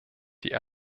die